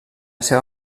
seva